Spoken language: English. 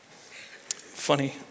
Funny